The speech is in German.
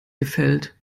gefällt